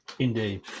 Indeed